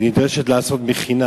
היא נדרשת לעשות מכינה.